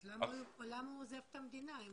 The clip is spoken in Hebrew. אם הוא עלה, למה הוא עוזב את המדינה?